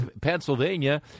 Pennsylvania